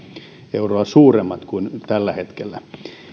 euroa suuremmat kuin tällä hetkellä